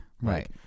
Right